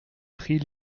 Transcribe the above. prix